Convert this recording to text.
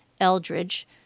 Eldridge